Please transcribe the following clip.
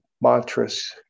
mantras